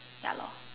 ya lor